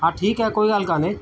हा ठीकु आहे कोई ॻाल्हि कोन्हे